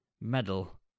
medal